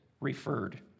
referred